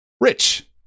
Rich